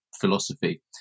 philosophy